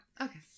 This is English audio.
Okay